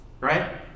right